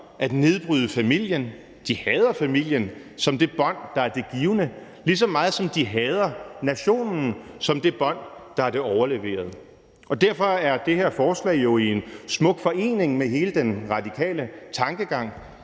at nedbryde familien. De hader familien som det bånd, der er det givne, lige så meget som de hader nationen som det bånd, der er det overleverede. Derfor er det her forslag jo i smuk forening med hele den radikale tankegang